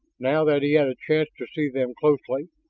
now that he had a chance to see them closely,